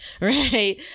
right